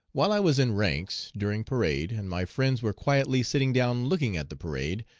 while i was in ranks, during parade, and my friends were quietly sitting down looking at the parade,